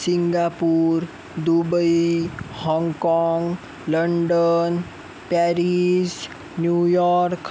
Singapore Dubai Hong Kong London Paris New York